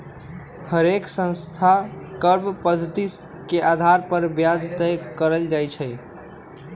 हरेक संस्था कर्व पधति के अधार पर ब्याज तए करई छई